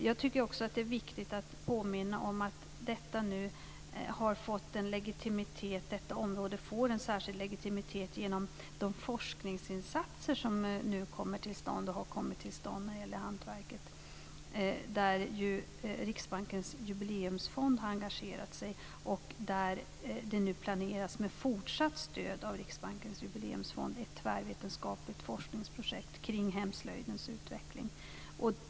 Jag tycker också att det är viktigt att påminna om att detta område får en särskild legitimitet genom de forskningsinsatser som har kommit till stånd och nu kommer till stånd när det gäller hantverket. Där har Riksbankens Jubileumsfond engagerat sig. Det planeras ett tvärvetenskapligt forskningsprojekt kring hemslöjdens utveckling med fortsatt stöd från Riksbankens Jubileumsfond.